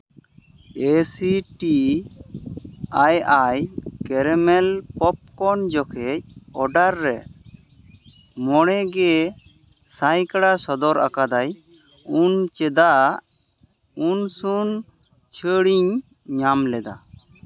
ᱮᱹ ᱥᱤ ᱴᱤ ᱟᱭ ᱟᱭ ᱠᱮᱨᱮᱢᱮᱞ ᱯᱚᱠᱠᱚᱱ ᱡᱚᱠᱷᱮᱡ ᱚᱰᱟᱨ ᱨᱮ ᱢᱚᱬᱮ ᱜᱮ ᱥᱟᱭ ᱠᱟᱬᱟ ᱥᱚᱫᱚᱨ ᱟᱠᱟᱫᱟᱭ ᱩᱱ ᱪᱮᱫᱟᱜ ᱩᱱ ᱥᱩᱱ ᱪᱷᱟᱹᱲ ᱤᱧ ᱧᱟᱢ ᱞᱮᱫᱟ